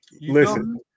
Listen